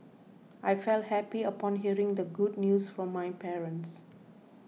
I felt happy upon hearing the good news from my parents